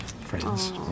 friends